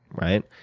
right?